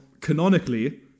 canonically